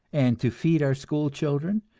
and to feed our school children,